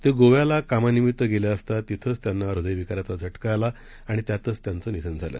तेगोव्यालाकामानिमित्तगेलेअसतातिथंचत्यांनाहृदयविकाराचाझटकाआलाआणित्यातचत्यांचंनिधनझालं